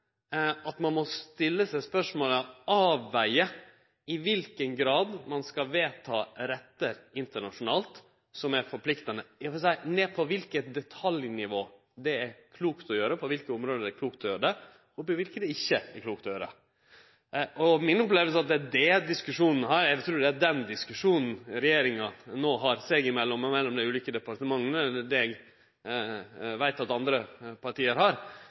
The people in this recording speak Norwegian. stille seg spørsmål og avvege i kva grad ein skal vedta rettar internasjonalt som er forpliktande, også ned på kva for eit detaljnivå det er klokt å gjere det, på kva område det er klokt å gjere det, og på kva for område det ikkje er klokt å gjere det. Mi oppleving av det er at det er det diskusjonen går på. Eg trur at det er den diskusjonen regjeringa no har seg imellom og mellom dei ulike